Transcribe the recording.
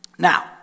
Now